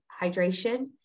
hydration